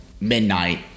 midnight